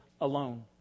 alone